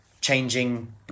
changing